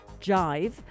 Jive